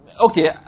okay